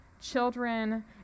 children